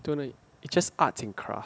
it's just arts and craft